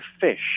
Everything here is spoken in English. fish